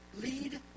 lead